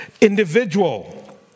individual